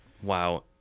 Wow